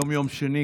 היום יום שני,